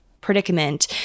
predicament